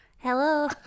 Hello